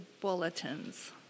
bulletins